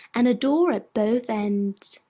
and a door at both ends.